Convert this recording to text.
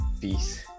peace